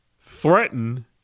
threaten